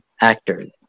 Actors